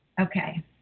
Okay